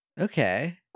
Okay